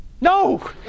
No